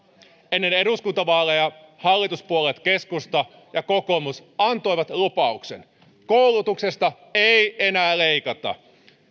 ennen eduskuntavaaleja hallituspuolueet keskusta ja kokoomus antoivat lupauksen koulutuksesta ei enää leikata